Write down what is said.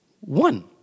one